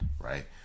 right